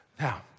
Now